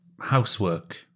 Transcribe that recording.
housework